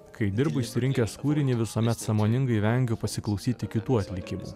kai dirbu išsirinkęs kūrinį visuomet sąmoningai vengiu pasiklausyti kitų atlikimų